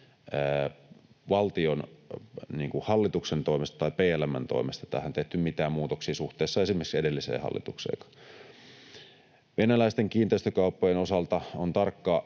valtion, hallituksen toimesta tai PLM:n toimesta tähän tehty mitään muutoksia suhteessa esimerkiksi edellisen hallituksen aikaan. Venäläisten kiinteistökauppojen osalta on tarkka